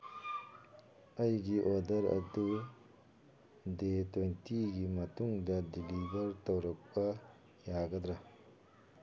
ꯑꯩꯒꯤ ꯑꯣꯗꯔ ꯑꯗꯨ ꯗꯦ ꯇ꯭ꯋꯦꯟꯇꯤꯒꯤ ꯃꯇꯨꯡꯗ ꯗꯤꯂꯤꯚꯔ ꯇꯧꯔꯛꯄ ꯌꯥꯒꯗ꯭ꯔꯥ